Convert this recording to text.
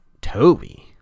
Toby